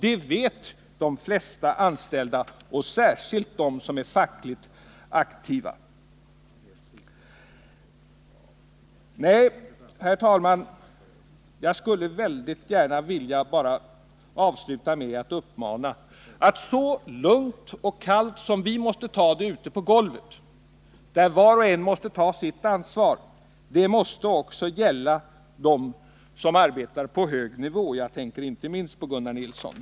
Det vet de flesta anställda, särskilt de som är fackligt aktiva. Nej, herr talman, jag skulle vilja avsluta med en uppmaning: Så lugnt och kallt som vi måste ta det ute på golvet, där var och en måste känna sitt ansvar, måste även de som arbetar på hög nivå ta det. Jag tänker inte minst på Gunnar Nilsson.